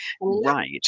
right